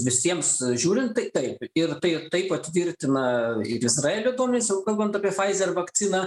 visiems žiūrint tai ir taip ir tai tai patvirtina ir izraelio duomenys jeigu kalbant apie faizer vakciną